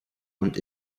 und